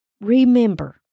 remember